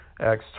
Acts